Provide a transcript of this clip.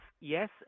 yes